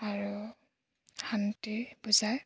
আৰু শান্তি বুজায়